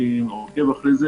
אני עוקב את זה,